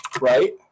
Right